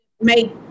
make